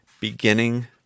beginning